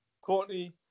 Courtney